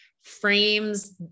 frames